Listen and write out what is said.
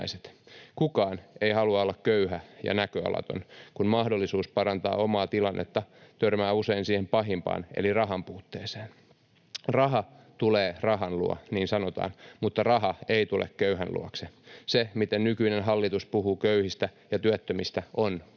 Kukaan ei halua olla köyhä ja näköalaton, kun mahdollisuus parantaa omaa tilannetta törmää usein siihen pahimpaan eli rahanpuutteeseen. Raha tulee rahan luo, niin sanotaan, mutta raha ei tule köyhän luokse. Se, miten nykyinen hallitus puhuu köyhistä ja työttömistä, on kuvottavaa.”